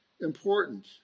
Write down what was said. important